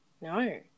no